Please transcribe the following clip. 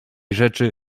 rzeczy